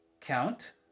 Count